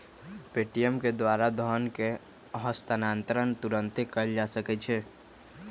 Paytm के द्वारा धन के हस्तांतरण तुरन्ते कएल जा सकैछइ